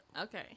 Okay